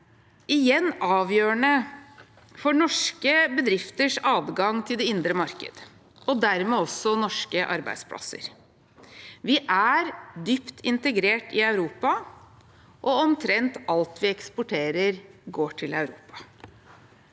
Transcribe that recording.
igjen avgjørende for norske bedrifters adgang til det indre marked og dermed også norske arbeidsplasser. Vi er dypt integrert i Europa, og omtrent alt vi eksporterer, går til Europa.